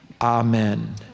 Amen